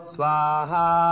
Swaha